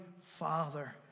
father